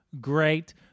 great